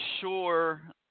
sure